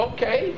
Okay